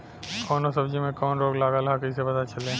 कौनो सब्ज़ी में कवन रोग लागल ह कईसे पता चली?